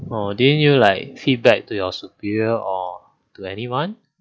oh then you like feedback to your superior or to anyone